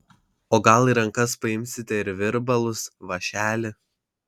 o gal į rankas paimsite ir virbalus vąšelį